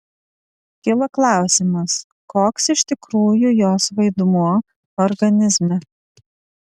kilo klausimas koks iš tikrųjų jos vaidmuo organizme